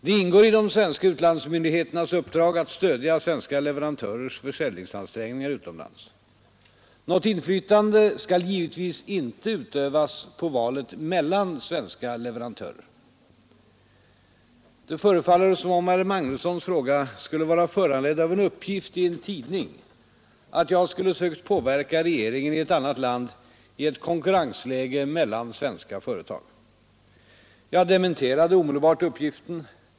Det ingår i de svenska utlandsmyndigheternas uppdrag att stödja svenska leverantörers försäljningsansträngningar utomlands. Något inflytande skall givetvis inte utövas på valet mellan svenska leverantörer. Det förefaller som om herr Magnussons fråga skulle vara föranledd av en uppgift i en tidning att jag skulle sökt påverka regeringen i ett annat land i ett konkurrensläge mellan svenska företag. Jag dementerade omedelbart uppgiften.